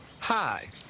Hi